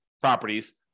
properties